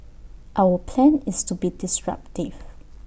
our plan is to be disruptive